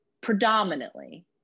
predominantly